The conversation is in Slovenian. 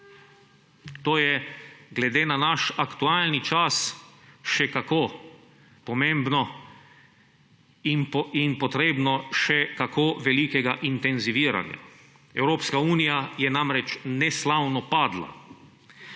To je glede na naš aktualni čas še kako pomembno in potrebno še kako velikega intenziviranja. Evropska unija je namreč neslavno padla.